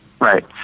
Right